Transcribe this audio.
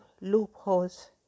loopholes